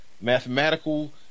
mathematical